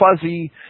fuzzy